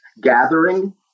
gathering